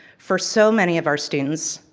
for so many of our students,